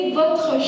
votre